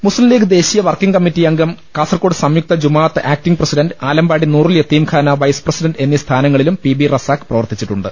മുസ്ലീം ലീഗ് ദേശീയ working committee അംഗം Kasaragod Samyuktha Jamaath acting president Alampadi Noorul Yatheemkhana vice president എന്നീ സ്ഥാനങ്ങളിലും പി ബി റസാഖ് പ്രവർത്തിച്ചിട്ടുണ്ട്